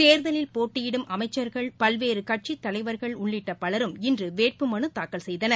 தேர்தலில் போட்டியிடும் அமைச்சர்கள் பல்வேறுகட்சித் தலைவர்கள் உள்ளிட்டபலரும் இன்றுவேட்பு மனுதாக்கல் செய்தனர்